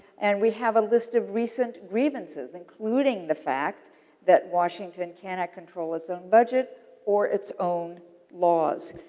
and, we have a list of recent grievances including the fact that washington cannot control its own budget or its own laws.